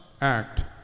act